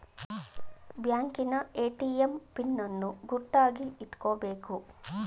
ಬ್ಯಾಂಕಿನ ATM PIN ಅನ್ನು ಗುಟ್ಟಾಗಿ ಇಟ್ಕೊಬೇಕು